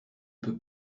peut